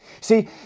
See